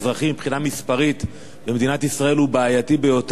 מבחינה מספרית במדינת ישראל הוא בעייתי ביותר,